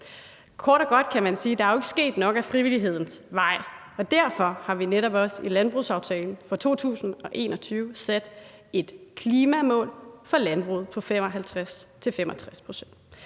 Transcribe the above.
Kort og godt kan man sige: Der er jo ikke sket nok ad frivillighedens vej, og derfor har vi netop også i landbrugsaftalen fra 2021 sat et klimamål for landbruget på 55-65